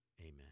Amen